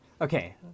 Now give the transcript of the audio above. Okay